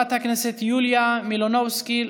חברת הכנסת יוליה מלינובסקי,